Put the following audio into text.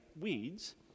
weeds